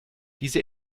diese